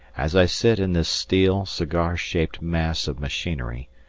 as i sit in this steel, cigar-shaped mass of machinery,